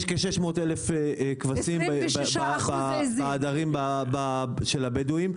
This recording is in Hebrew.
יש כ-600,000 כבשים אצל הבדואים.